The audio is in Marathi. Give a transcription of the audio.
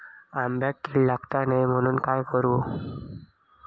आंब्यक कीड लागाक नको म्हनान काय करू?